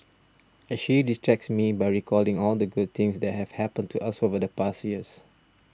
and she distracts me by recalling all the good things that have happened to us over the past year